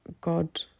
God